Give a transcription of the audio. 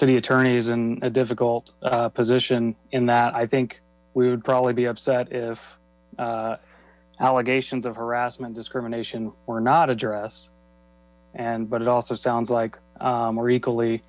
city attorney is in a difficult position in that i think we would probably be upset if allegations of harassment discrimination were not addressed and but it also sounds like we're equally